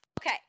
Okay